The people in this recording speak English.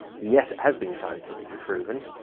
yes it has been scientifically proven,